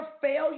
failure